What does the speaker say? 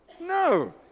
No